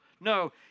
No